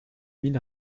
mille